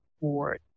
board